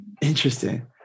Interesting